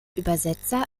übersetzer